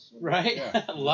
Right